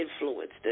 influenced